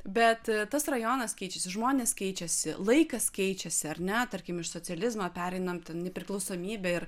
bet tas rajonas keičiasi žmonės keičiasi laikas keičiasi ar ne tarkim iš socializmo pereinant į nepriklausomybę ir